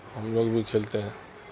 ہم لوگ بھی کھیلتے ہیں